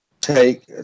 take